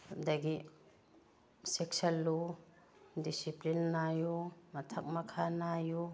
ꯑꯗꯒꯤ ꯆꯦꯛꯁꯤꯜꯂꯨ ꯗꯤꯁꯤꯄ꯭ꯂꯤꯟ ꯅꯥꯏꯌꯨ ꯃꯊꯛ ꯃꯈꯥ ꯅꯥꯏꯌꯨ